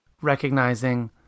recognizing